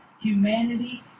humanity